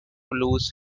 lose